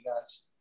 guys